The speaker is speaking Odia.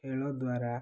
ଖେଳ ଦ୍ୱାରା